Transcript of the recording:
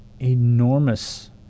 enormous